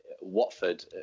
Watford